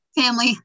family